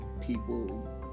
people